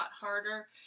harder